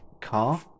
car